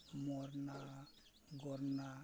ᱢᱚᱨᱱᱟ ᱜᱚᱨᱱᱟ